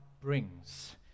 brings